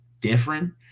different